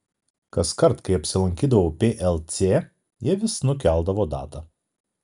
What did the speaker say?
kaskart kai apsilankydavau plc jie vis nukeldavo datą